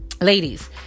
Ladies